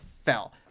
fell